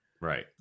Right